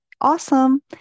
Awesome